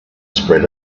spread